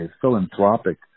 philanthropic